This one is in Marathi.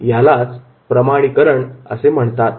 यालाच प्रमाणीकरण असे म्हणतात